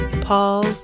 Paul